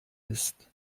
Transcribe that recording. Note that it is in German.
ist